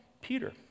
Peter